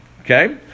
okay